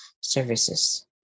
services